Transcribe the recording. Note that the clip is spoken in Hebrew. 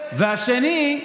והשני,